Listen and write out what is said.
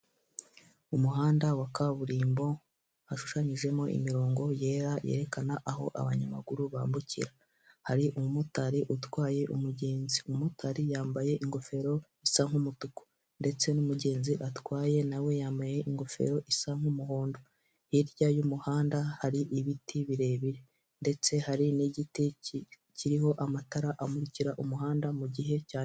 Umuhanda wa kaburimbo hashushanyijemo imirongo yera yerekana aho abanyamaguru bambukira ,hari umumotari utwaye umugenzi umumotari yambaye ingofero isa nk'umutuku ndetse n'umugenzi atwaye nawe yambaye ingofero isa nk'umuhondo hirya y'umuhanda hari ibiti birebire ndetse hari n'igiti kiriho amatara amuririka umuhanda mugihe cya n'ijoro.